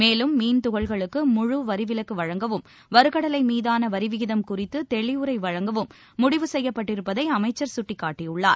மேலும் மீன் தகள்களுக்கு முழு வரிவிலக்கு வழங்கவும் வறுகடலை மீதான வரிவிகிதம் குறித்து தெளிவுரை வழங்கவும் முடிவு செய்யப்பட்டிருப்பதை அமைச்சர் கட்டிக்காட்டியுள்ளார்